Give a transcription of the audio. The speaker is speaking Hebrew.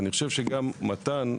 אני חושב שגם מתן,